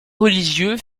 religieux